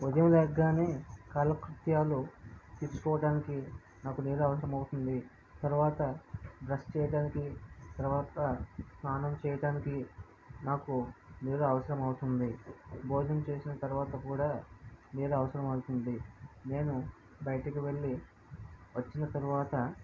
ఉదయం లేవగానే కాలకృత్యాలు తీర్చుకోవడానికి నాకు నీరు అవసరం అవుతుంది తర్వాత బ్రష్ చేయడానికి తర్వాత స్నానం చేయడానికి నాకు నీరు అవసరం అవుతుంది భోజనం చేసిన తర్వాత కూడా నీరు అవసరం అవుతుంది నేను బయటికి వెళ్ళి వచ్చిన తర్వాత